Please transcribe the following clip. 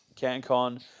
CanCon